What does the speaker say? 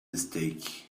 mistake